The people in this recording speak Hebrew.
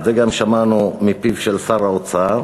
את זה גם שמענו מפיו של שר האוצר,